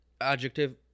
adjective